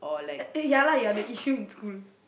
ya lah you are the issue in school